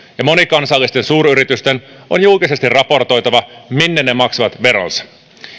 ja monikansallisten suuryritysten on julkisesti raportoitava minne ne maksavat veronsa